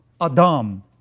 Adam